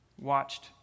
watched